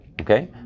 Okay